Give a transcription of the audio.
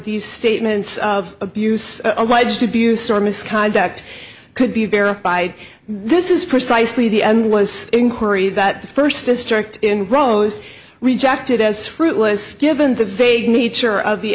these statements of abuse alleged abuse or misconduct could be verified this is precisely the endless inquiry that the first district in rose rejected as fruitless given the vague nature of the